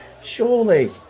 surely